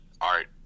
art